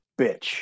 bitch